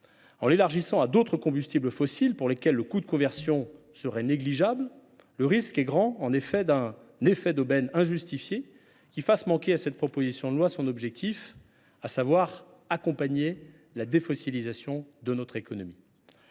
En l’élargissant à d’autres combustibles fossiles, pour lesquels le coût de conversion serait négligeable, le risque est grand de créer un effet d’aubaine injustifié, qui ferait manquer l’objectif de la proposition de loi : accompagner la défossilisation de notre économie.